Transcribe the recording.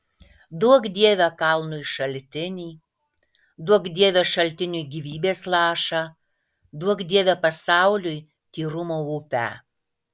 duok dieve kalnui šaltinį duok dieve šaltiniui gyvybės lašą duok dieve pasauliui tyrumo upę